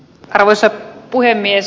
arvoisa puhemies